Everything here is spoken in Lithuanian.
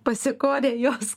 pasikorė jos